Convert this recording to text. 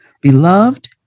Beloved